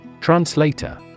Translator